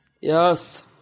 Yes